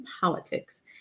Politics